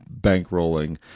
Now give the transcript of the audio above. bankrolling